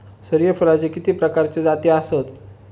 सूर्यफूलाचे किती प्रकारचे जाती आसत?